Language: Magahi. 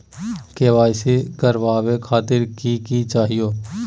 के.वाई.सी करवावे खातीर कि कि चाहियो?